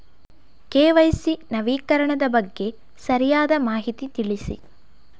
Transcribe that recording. KYC ನವೀಕರಣದ ಬಗ್ಗೆ ಸರಿಯಾದ ಮಾಹಿತಿ ತಿಳಿಸಿ?